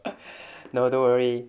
no don't worry